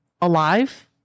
alive